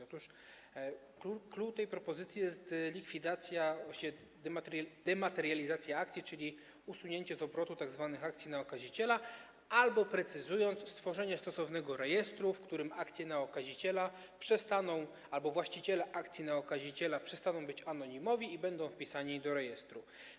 Otóż clou tej propozycji jest likwidacja, właściwie dematerializacja akcji, czyli usunięcie z obrotu tzw. akcji na okaziciela albo, precyzując, stworzenie stosownego rejestru, w którym akcje na okaziciela albo właściciele akcji na okaziciela przestaną być anonimowi i będą wpisani do rejestru.